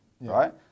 Right